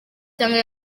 cyangwa